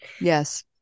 Yes